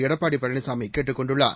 எடப்பாடி பழனிசாமி கேட்டுக் கொண்டுள்ளார்